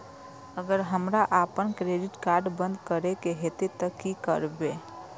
अगर हमरा आपन क्रेडिट कार्ड बंद करै के हेतै त की करबै?